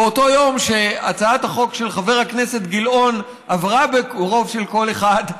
באותו יום שהצעת החוק של חבר הכנסת גילאון עברה ברוב של קול אחד,